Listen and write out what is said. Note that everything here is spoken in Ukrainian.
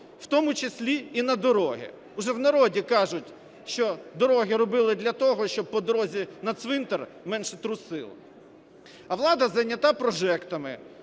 в тому числі і на дороги. Вже в народі кажуть, що дороги робили для того, щоб по дорозі на цвинтар менше трусило. А влада зайнята прожектами